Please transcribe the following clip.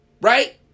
Right